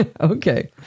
Okay